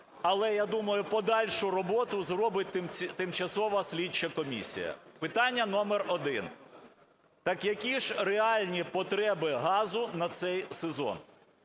але, я думаю, подальшу роботу зробить тимчасова слідча комісія. Питання номер один. Так які ж реальні потреби газу на цей сезон?